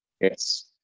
Yes